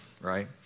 right